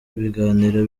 ibiganiro